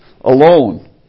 alone